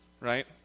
Right